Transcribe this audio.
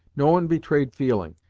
no one betrayed feeling,